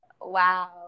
Wow